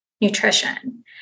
nutrition